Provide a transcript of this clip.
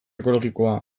ekologikoa